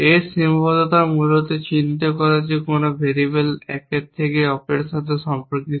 এর সীমাবদ্ধতা মূলত চিহ্নিত করে কোন ভেরিয়েবল একে অপরের সাথে সম্পর্কিত